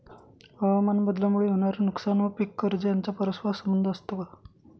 हवामानबदलामुळे होणारे नुकसान व पीक कर्ज यांचा परस्पर संबंध असतो का?